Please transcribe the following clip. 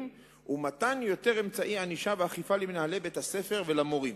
ומתן יותר אמצעי ענישה ואכיפה למנהלי בית-הספר ולמורים.